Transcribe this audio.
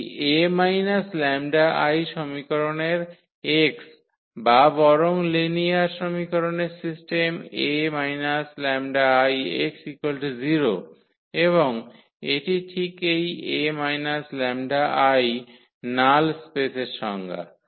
এই 𝐴 𝜆𝐼 সমীকরণের x বা বরং লিনিয়ার সমীকরণের সিস্টেম 𝐴 𝜆𝐼x 0 এবং এটি ঠিক এই 𝐴 𝜆𝐼 নাল স্পেসের সংজ্ঞা